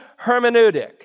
hermeneutic